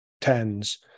tens